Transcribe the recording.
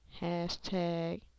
Hashtag